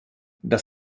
das